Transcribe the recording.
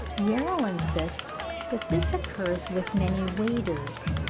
yarrell insists that this occurs with many waders.